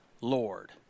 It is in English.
Lord